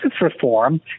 reform